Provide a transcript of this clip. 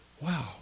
wow